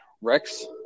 Rex